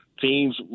teams